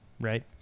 right